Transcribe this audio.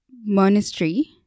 monastery